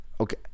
Okay